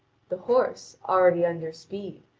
the horse, already under speed,